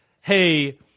hey